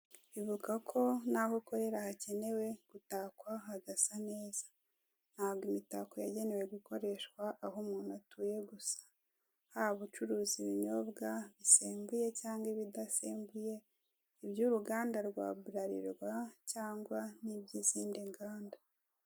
Ibuka ko n'aho ukorera hakenewe gutakwa hagasa neza. Ntabwo imitako yagenewe gukoreshwa aho umuntu atye gusa. Waba ucuruza ibinyobwa; bisembuye cyangwa ibidasembuye, iby'uruganda rwa Burarirwa cyangwa n'iby'izindi nganda.